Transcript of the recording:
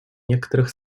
некоторых